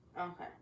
Okay